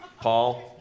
Paul